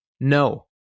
No